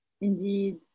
Indeed